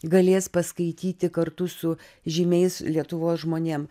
galės paskaityti kartu su žymiais lietuvos žmonėm